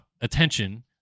attention